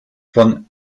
von